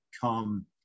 come